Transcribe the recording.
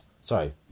sorry